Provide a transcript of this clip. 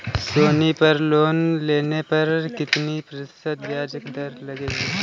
सोनी पर लोन लेने पर कितने प्रतिशत ब्याज दर लगेगी?